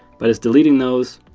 but it's deleting those,